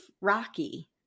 rocky